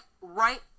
right